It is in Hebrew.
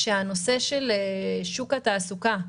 שנושא שוק התעסוקה,